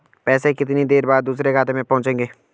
पैसे कितनी देर बाद दूसरे खाते में पहुंचेंगे?